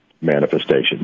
manifestation